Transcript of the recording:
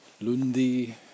Lundi